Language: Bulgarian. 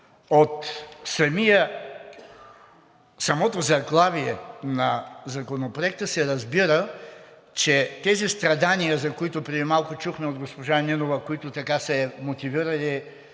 От самото заглавие на Законопроекта се разбира, че тези страдания, за които преди малко чухме от госпожа Нинова, които така са я мотивирали